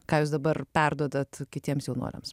ką jūs dabar perduodat kitiems jaunuoliams